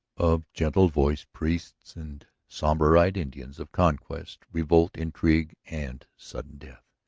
of gentle-voiced priests and sombre-eyed indians, of conquest, revolt, intrigue, and sudden death.